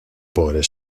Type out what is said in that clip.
por